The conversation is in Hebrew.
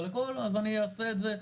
אז אני אעשה את זה,